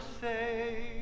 say